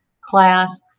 class